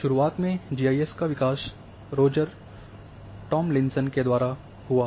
शुरूआत में G I S का विकास रोजर टॉमलिंसन के द्वारा हुआ